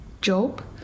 job